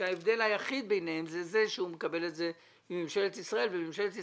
כשההבדל היחידי ביניהם שהוא מקבל את זה מממשלת ישראל -כ וממשלת ישראל,